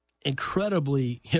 incredibly